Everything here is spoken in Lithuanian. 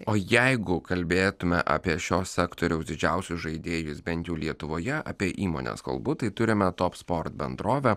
o jeigu kalbėtume apie šio sektoriaus didžiausius žaidėjus bent jau lietuvoje apie įmones kalbu tai turime top sport bendrovę